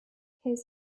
his